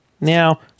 Now